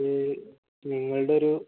നിങ്ങളുടെയൊരു